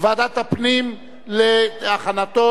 בוועדת הפנים והגנת הסביבה